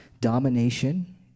domination